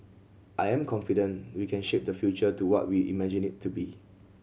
I am confident we can shape the future to what we imagine it to be